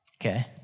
Okay